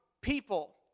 people